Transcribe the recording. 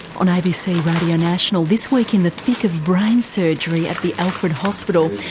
on abc radio national, this week in the thick of brain surgery at the alfred hospital.